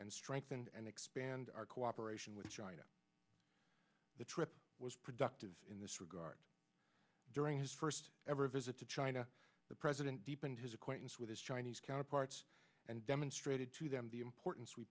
and strengthen and expand our cooperation with china the trip was productive in this regard during his first ever visit to china the president deepened his acquaintance with his chinese counterparts and demonstrated to them the importance we